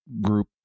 group